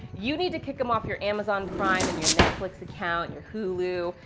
you need to kick them off your amazon prime, and your netflix account, and your hulu,